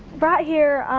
right here,